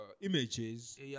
images